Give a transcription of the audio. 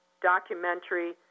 documentary